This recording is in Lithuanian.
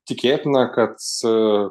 tikėtina kad